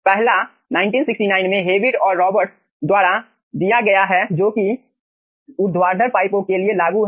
पहला 1969 में हेविट और रॉबर्ट्स द्वारा दिया गया है जो कि ऊर्ध्वाधर पाइपों के लिए लागू है